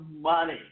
money